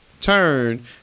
turn